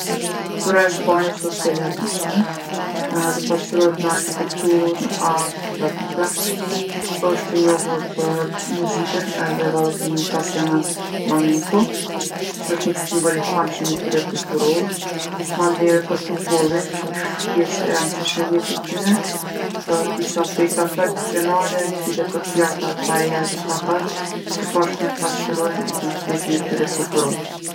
Kultura e Spanjës osht e larmishme edhe pasqyrohet në arkitekturë, në art, n'tradita. Osht e njohur për muzikën edhe vallzimin pasionant fllamenko, që osht ni simbol i famshëm i tyre kulturor. Mandej edhe për futbollin që osht pjesë e randsishme e jetës tyne, për disa festa tradicionale si dhe për pjatat paeja dhe tapaz, që poashtu pasqyrojnë identitetin e tyre kulturor.